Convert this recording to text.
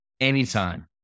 Anytime